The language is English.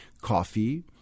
coffee